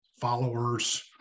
followers